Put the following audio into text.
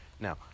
Now